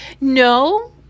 No